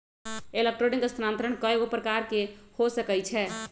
electronic स्थानान्तरण कएगो प्रकार के हो सकइ छै